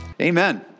Amen